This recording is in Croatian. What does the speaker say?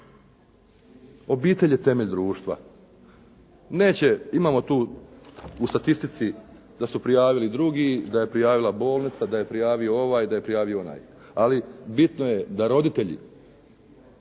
Obitelj je temelj društva. Imamo tu u statistici da su prijavili drugi, da je prijavila bolnica, da je prijavio ovaj, da je prijavio onaj, ali bitno je da roditelji